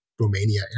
Romania